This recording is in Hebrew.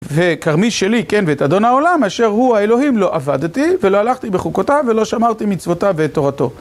וכרמי שלי, כן? ואת אדון העולם, אשר הוא האלוהים, לא עבדתי ולא הלכתי בחוקותיו ולא שמרתי מצוותיו ותורתו.